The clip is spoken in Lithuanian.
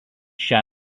šią